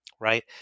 right